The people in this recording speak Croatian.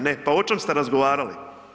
Ne, pa o čemu ste razgovarali?